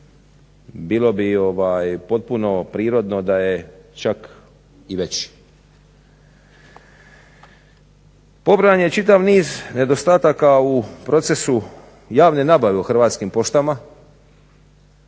Bilo bi potpuno prirodno da je čak i veći. Pobrojan je čitav niz nedostataka u procesu javne nabave u Hrvatskim poštama